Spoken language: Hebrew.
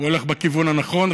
הוא הולך בכיוון הנכון.